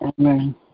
Amen